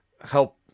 help